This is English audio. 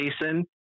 Jason